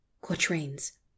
Quatrains